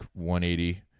180